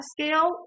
scale